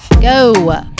Go